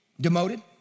demoted